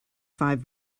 five